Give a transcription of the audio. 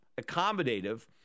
accommodative